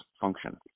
function